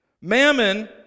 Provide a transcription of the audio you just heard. Mammon